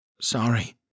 Sorry